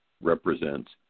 represents